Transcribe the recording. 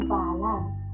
balance